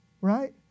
right